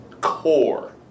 core